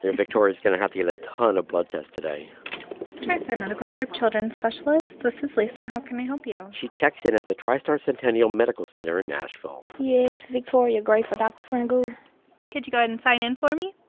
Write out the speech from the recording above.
victoria's going to have to get a ton of blood tests today tristar medical group children's specialists. this is lisa. how can i help you? she checks in at the tristar centennial medical center in nashville yeah. it's victoria gray for dr. frangoul could you go ahead and sign in for me?